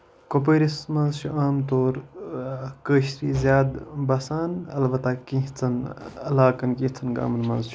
کوپوٲرِس منٛز چھُ عام طور اکھ کٲشری زیادٕ بَسان اَلبتہ کینٛژہن علاقن یِتھٮ۪ن گامَن منٛز چھُ